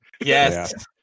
Yes